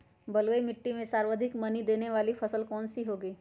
बलुई मिट्टी में सर्वाधिक मनी देने वाली फसल कौन सी होंगी?